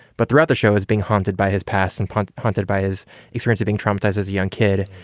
but throughout the show is being haunted by his past and haunted haunted by his extremity, being traumatized as a young kid.